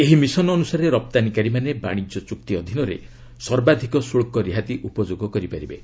ଏହି ମିଶନ୍ ଅନୁସାରେ ରପ୍ତାନୀକାରୀମାନେ ବାଣିଜ୍ୟ ଚୁକ୍ତି ଅଧୀନରେ ସର୍ବାଧକ ଶୁଳ୍କ ରିହାତି ଉପଯୋଗ କରିପାରିବେ